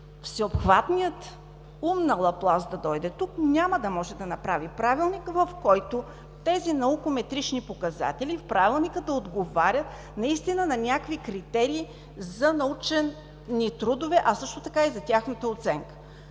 И всеобхватният ум на Лаплас да дойде тук, няма да може да направи правилник, в който тези наукометрични показатели в правилника да отговарят на някакви критерии за научни трудове и за тяхната оценка.